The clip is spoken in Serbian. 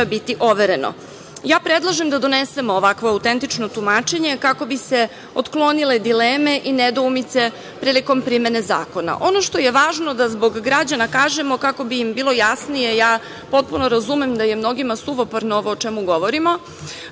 biti overeno. Ja predlažem da donesemo ovakvo autentično tumačenje kako bi se otklonile dileme i nedoumice prilikom primene zakona. Ono što je važno da zbog građana kažemo kako bi im bilo jasnije, ja potpuno razumem da je mnogima suvoparno ovo o čemu govorimo,